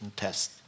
test